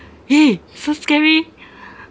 !hey! so scary